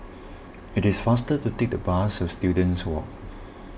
it is faster to take the bus to Students Walk